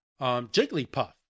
Jigglypuff